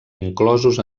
inclosos